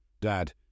Dad